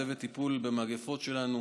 צוות טיפול במגפות שלנו,